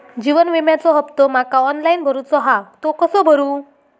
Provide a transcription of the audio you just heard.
जीवन विम्याचो हफ्तो माका ऑनलाइन भरूचो हा तो कसो भरू?